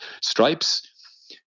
stripes